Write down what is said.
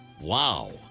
Wow